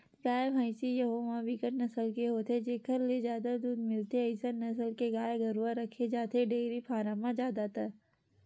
गाय, भइसी यहूँ म बिकट नसल के होथे जेखर ले जादा दूद मिलथे अइसन नसल के गाय गरुवा रखे जाथे डेयरी फारम म जादातर